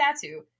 tattoo